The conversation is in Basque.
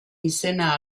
izena